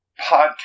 podcast